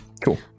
Cool